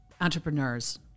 entrepreneurs